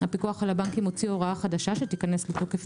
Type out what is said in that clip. הפיקוח על הבנקים הוציא הוראה חדשה שתיכנס לתוקף